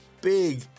big